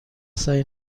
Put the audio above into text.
سعی